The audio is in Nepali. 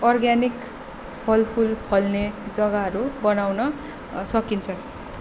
अर्ग्यानिक फलफुल फल्ने जग्गाहरू बनाउन सकिन्छ